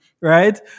Right